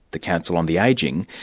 the council on the aging,